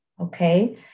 Okay